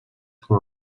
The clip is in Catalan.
com